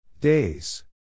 Days